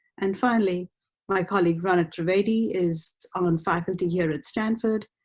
and finally my colleague, ranak trivedi is on faculty here at stanford,